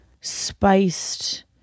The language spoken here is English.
spiced